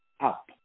up